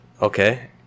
Okay